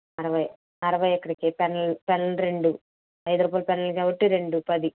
అరవై అరవై అక్కడికి పెన్నులు రెండు ఐదు రూపాయల పెన్నులు కాబట్టి రెండు పది